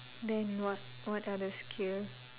then what what are the skill